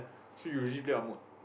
so you usually play what mode